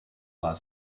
war